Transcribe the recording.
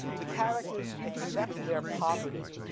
the characters accept their poverty.